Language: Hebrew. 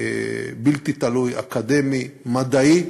בלתי תלוי, אקדמי ומדעי,